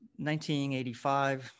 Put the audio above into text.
1985